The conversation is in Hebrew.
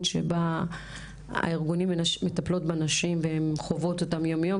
שבה הארגונים מטפלים בנשים והם חווים אותם יום יום